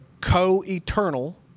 co-eternal